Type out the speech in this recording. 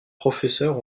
professeurs